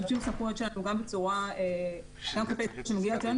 משתמשים בסמכויות שלנו גם כלפי פניות שמגיעות אלינו